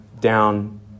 down